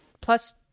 plus